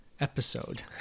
episode